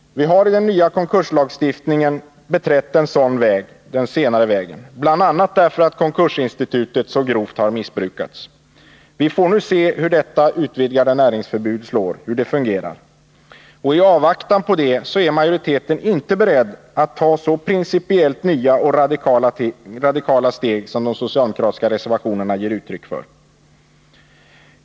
Vi har i den nya konkurslagstiftningen beträtt den senare vägen, bl.a. därför att konkursinstitutet så grovt har missbrukats. Vi får nu se hur detta utvidgade näringsförbud fungerar. I avvaktan på det är majoriteten inte beredd att ta upp de principiellt nya och radikala steg som de socialdemokratiska reservationerna ger uttryck för.